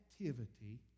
activity